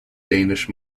danish